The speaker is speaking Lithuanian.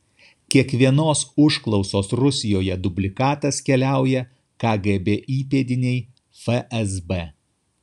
kiekvienos užklausos rusijoje dublikatas keliauja kgb įpėdinei fsb